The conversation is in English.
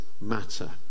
matter